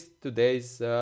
today's